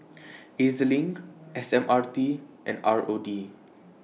E Z LINK S M R T and R O D